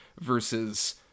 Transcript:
versus